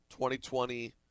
2020